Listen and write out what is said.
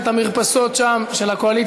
להרגיע קצת את המרפסות של הקואליציה.